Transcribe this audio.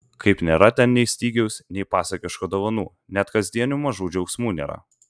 kaip nėra ten nei stygiaus nei pasakiškų dovanų net kasdienių mažų džiaugsmų nėra